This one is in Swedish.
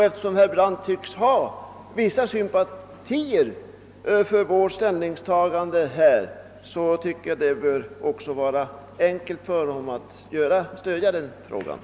Eftersom herr Brandt tycks ha vissa sympatier för vårt ställningstagande bör det vara enkelt för honom att stödja detta yrkande.